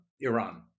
Iran